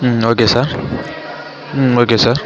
okay sir okay sir